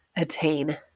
attain